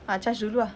ah charge dulu ah